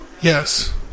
Yes